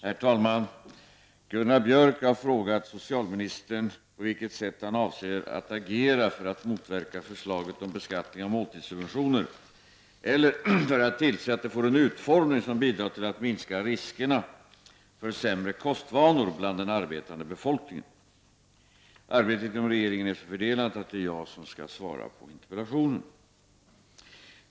Herr talman! Gunnar Björk har frågat socialministern på vilket sätt han avser att agera för att motverka förslaget om beskattning av måltidssubventioner eller för att tillse att det får en utformning som bidrar till att minska riskerna för sämre kostvanor bland den arbetande befolkningen. Arbetet inom regeringen är så fördelat att det är jag som skall svara på interpellationen.